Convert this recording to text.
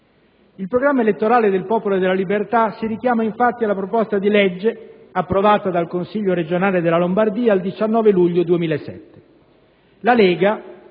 Il programma elettorale del Popolo della Libertà si richiama, infatti, alla proposta di legge approvata dal Consiglio regionale della Lombardia il 19 luglio 2007.